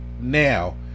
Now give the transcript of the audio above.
now